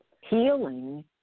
healing